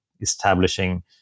establishing